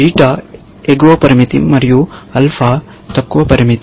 beta ఎగువ పరిమితి మరియు ఆల్ఫా తక్కువ పరిమితి